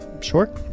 Sure